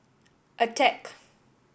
attack